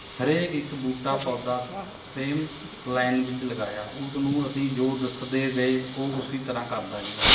ਹਰੇਕ ਇੱਕ ਬੂਟਾ ਪੌਦਾ ਸੇਮ ਲਾਈਨ ਵਿੱਚ ਲਗਾਇਆ ਉਸ ਨੂੰ ਅਸੀਂ ਜੋ ਦੱਸਦੇ ਗਏ ਉਹ ਉਸੀ ਤਰ੍ਹਾਂ ਕਰਦਾ ਗਿਆ